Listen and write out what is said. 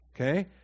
okay